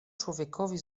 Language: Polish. człowiekowi